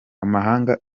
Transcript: amahanga